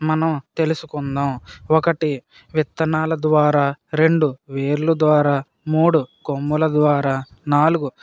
మనం తెలుసుకుందాం ఒకటి విత్తనాల ద్వారా రెండు వేర్లు ద్వారా మూడు కొమ్ముల ద్వారా నాలుగు